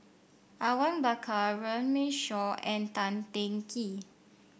Awang Bakar Runme Shaw and Tan Teng Kee